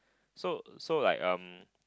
so so like um